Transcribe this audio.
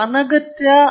ಇದು ಈಗ ಹೆಚ್ಚಾಗುತ್ತಿದೆ